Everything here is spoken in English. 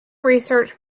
research